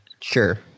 Sure